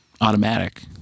automatic